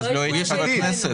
אני לא הייתי חבר כנסת אז.